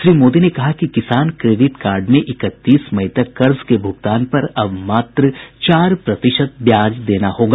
श्री मोदी ने कहा कि किसान क्रेडिट कार्ड में इकतीस मई तक कर्ज के भुगतान पर अब मात्र चार प्रतिशत ब्याज देना होगा